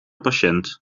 patiënt